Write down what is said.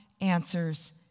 answers